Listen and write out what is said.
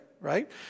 right